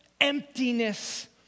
emptiness